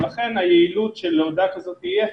לכן היעילות של הודעה כזאת היא אפס,